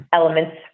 elements